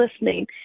listening